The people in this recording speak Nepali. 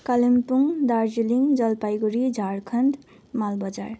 कालिम्पोङ दार्जिलिङ जलपाइगुडी झारखण्ड मालबजार